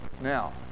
Now